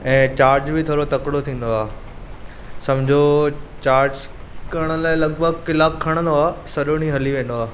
ऐं चार्ज बि थोरो तकिड़ो थींदो आहे सम्झो चार्ज करण लाइ लॻभॻु क्लाकु खणंदो आहे सॼो ॾींहुं हली वेंदो आहे